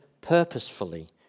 purposefully